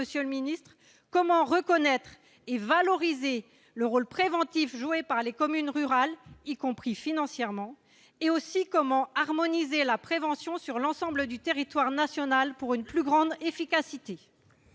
monsieur le Ministre, comment reconnaître et valoriser le rôle préventif joué par les communes rurales, y compris financièrement et aussi comment harmoniser la prévention sur l'ensemble du territoire national pour une plus grande efficacité.